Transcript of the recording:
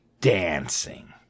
dancing